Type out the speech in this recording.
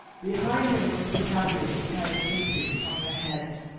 behind him were some kaffirs who carried cases on their heads.